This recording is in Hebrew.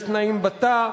יש תנאים בתא,